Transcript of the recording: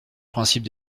principe